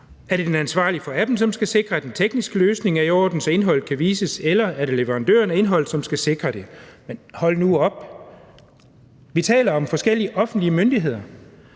Er det den ansvarlige for appen, som skal sikre, at den tekniske løsning er i orden, så indholdet kan vises, eller er det leverandøren af indholdet, som skal sikre det? Hold nu op! Vi taler om forskellige offentlige myndigheder.